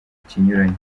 ikinyuranyo